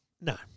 No